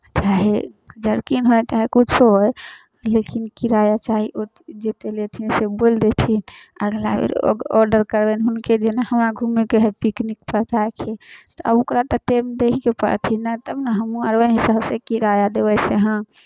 होय हइ जर्किन होय चाहे किछो होय लेकिन किराया चाही ओतेक जतेक लेथिन से बोल देथिन अगिला बेर ओ आर्डर करबनि हुनके जे नहि हमरा घूमयके हइ पिकनिकपर जायके हइ तऽ ओकरा तऽ टेम देबहीके पड़थिन ने तब ने हमहूँ आर ओहि हिसाबसँ किराया देबै से हँ